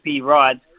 Rides